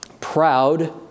proud